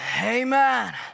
Amen